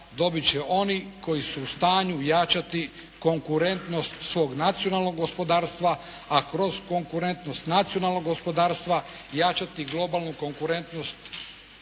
dobit će oni koji su u stanju jačati konkurentnost svog nacionalnog gospodarstva, a kroz konkurentnost nacionalnog gospodarstva jačati globalnu konkurentnost